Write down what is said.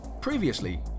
Previously